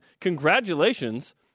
Congratulations